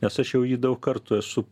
nes aš jau jį daug kartų esu